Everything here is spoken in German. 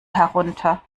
herunter